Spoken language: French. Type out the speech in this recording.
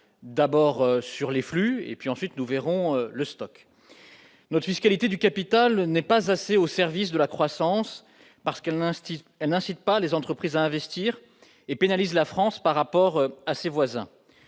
d'abord sur les flux, ensuite sur le stock. La fiscalité du capital n'est pas assez aux services de la croissance : elle n'incite pas les entreprises à investir et pénalise notre pays par rapport à ses voisins.